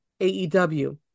AEW